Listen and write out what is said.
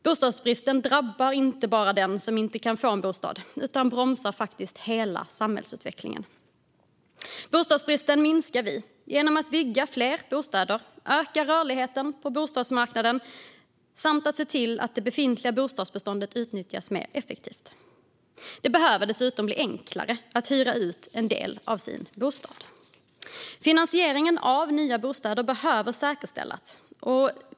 Bostadsbristen drabbar inte bara den som inte kan få en bostad utan bromsar faktiskt hela samhällsutvecklingen. Bostadsbristen minskar vi genom att bygga fler bostäder, öka rörligheten på bostadsmarknaden och se till att det befintliga bostadsbeståndet utnyttjas mer effektivt. Det behöver dessutom bli enklare att hyra ut en del av sin bostad. Finansieringen av nya bostäder behöver säkerställas.